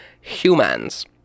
humans